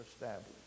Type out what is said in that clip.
established